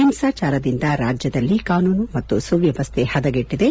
ಹಿಂಸಾಚಾರದಿಂದ ರಾಜ್ಯದಲ್ಲಿ ಕಾನೂನು ಮತ್ತು ಸುವ್ಯವಸ್ಥೆ ಹದಗೆಟ್ಟಿದೆ